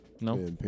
no